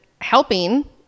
helping